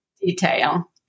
detail